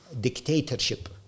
dictatorship